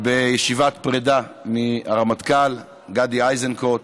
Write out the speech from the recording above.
בישיבת פרידה מהרמטכ"ל גדי איזנקוט,